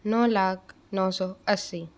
नौ लाख नौ सौ अस्सी